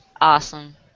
Awesome